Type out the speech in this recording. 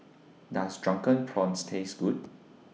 Does Drunken Prawns Taste Good